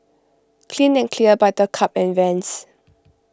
Clean and Clear Buttercup and Vans